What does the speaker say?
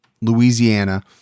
Louisiana